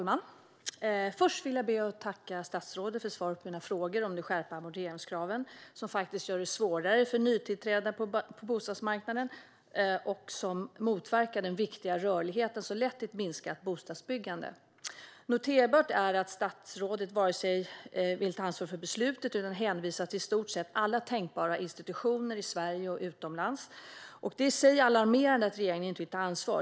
Herr talman! Jag vill tacka statsrådet för svaren på mina frågor om de skärpta amorteringskraven, som gör det svårare för nytillträdda på bostadsmarknaden, som motverkar den viktiga rörligheten och som har lett till ett minskat bostadsbyggande. Noterbart är att statsrådet inte vill ta ansvar för beslutet utan hänvisar till nästan alla tänkbara institutioner i Sverige och utomlands. Att regeringen inte vill ta ansvar är i sig alarmerande.